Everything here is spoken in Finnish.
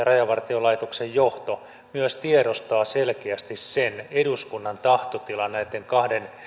rajavartiolaitoksen johto myös tiedostaa selkeästi sen eduskunnan tahtotilan näitten kahden